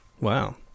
Wow